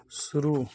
शुरू